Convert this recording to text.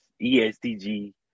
ESTG